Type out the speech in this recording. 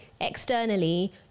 externally